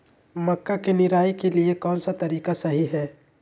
मक्का के निराई के लिए कौन सा तरीका सही है?